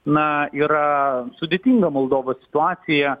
na yra sudėtinga moldovos situacija